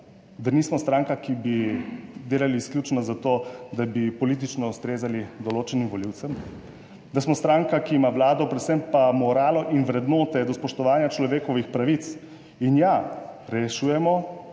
da nismo stranka, ki bi delali izključno za to, da bi politično ustrezali določenim volivcem? Da smo stranka, ki ima Vlado, predvsem pa moralo in vrednote do spoštovanja človekovih pravic? In ja, rešujemo